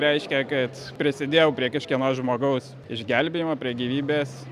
reiškia kad prisidėjau prie kažkieno žmogaus išgelbėjimo prie gyvybės